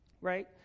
right